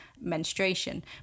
menstruation